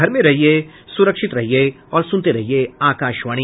घर में रहिये सुरक्षित रहिये और सुनते रहिये आकाशवाणी